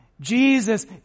Jesus